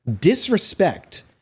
disrespect